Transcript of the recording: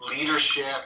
leadership